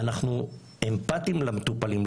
אנחנו אמפתיים למטופלים,